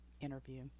interview